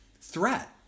threat